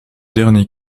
dernier